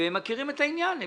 שמכירים את העניין.